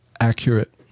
Accurate